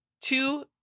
Two